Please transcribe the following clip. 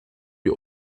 die